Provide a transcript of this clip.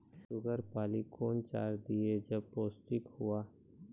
Sugar पाली कौन चार दिय जब पोस्टिक हुआ?